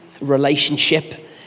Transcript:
relationship